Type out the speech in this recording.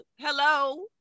hello